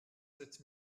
sept